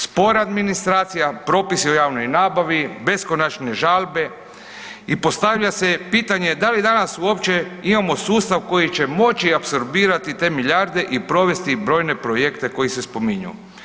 Spora administracija, propisi o javnoj nabavi, beskonačne žalbe i postavlja se pitanje da li danas uopće imamo sustav koji će moći apsorbirati te milijarde i provesti brojne projekte koji se spominju.